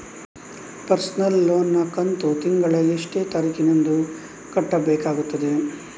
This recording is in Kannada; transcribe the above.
ಪರ್ಸನಲ್ ಲೋನ್ ನ ಕಂತು ತಿಂಗಳ ಎಷ್ಟೇ ತಾರೀಕಿನಂದು ಕಟ್ಟಬೇಕಾಗುತ್ತದೆ?